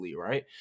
right